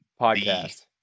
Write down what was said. podcast